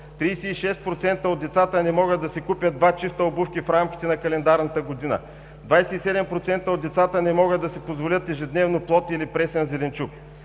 36% от децата не могат да си купят два чифта обувки в рамките на календарната година. 27% от децата не могат да си позволят ежедневно плод или пресен зеленчук.